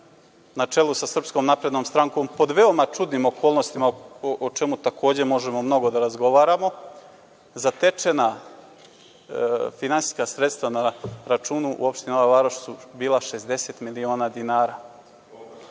na čelu sa SNS pod veoma čudnim okolnostima o čemu takođe možemo mnogo da razgovaramo, zatečena finansijska sredstva na računu opštine Nova Varoš su bila 60 miliona dinara.